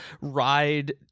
ride